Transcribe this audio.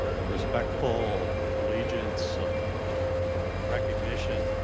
a respectful allegiance of of recognition.